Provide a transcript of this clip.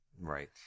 right